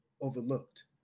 overlooked